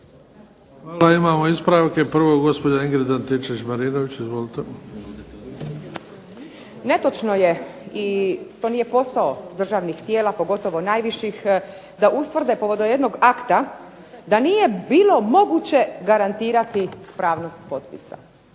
Hvala. Imamo ispravke, prvo gospođa Ingrid Antičević-Marinović. Izvolite. **Antičević Marinović, Ingrid (SDP)** Netočno je to nije posao državnih tijela pogotovo najviših da ustvrde povodom jednog akta da nije bilo moguće garantirati ispravnost potpisa.